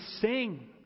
sing